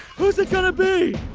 who's it gonna be!